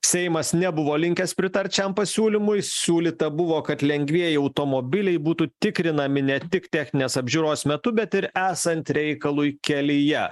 seimas nebuvo linkęs pritart šiam pasiūlymui siūlyta buvo kad lengvieji automobiliai būtų tikrinami ne tik techninės apžiūros metu bet ir esant reikalui kelyje